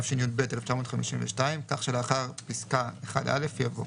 התשי"ב-1952, כך שלאחר פסקה (1א) יבוא: